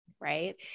Right